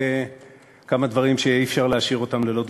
כמה דברים שאי-אפשר להשאיר ללא תגובה.